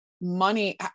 money